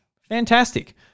Fantastic